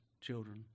children